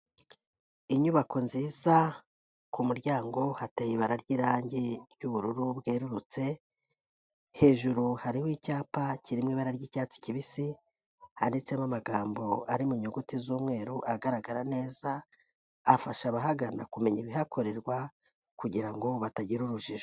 Inyubako nziza ku muryango hateye ibara ry'irangi ry'ubururu bwerurutse, hejuru hariho icyapa kiri mu ibara ry'icyatsi kibisi, handitsemo amagambo ari mu nyuguti z'umweru agaragara neza, afasha abahagana kumenya ibihakorerwa kugira ngo batagira urujijo.